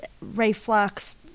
reflux